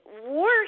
war